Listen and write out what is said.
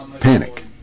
panic